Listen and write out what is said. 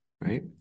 right